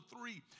three